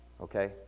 Okay